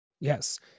Yes